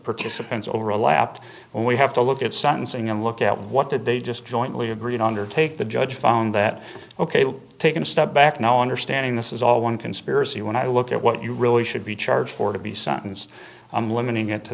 participants overlapped and we have to look at sentencing and look at what did they just jointly agreed undertake the judge found that ok we'll take a step back now understanding this is all one conspiracy when i look at what you really should be charged for to be sentenced i'm limiting it to